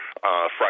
Friday